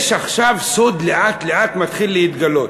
יש עכשיו סוד שלאט-לאט מתחיל להתגלות,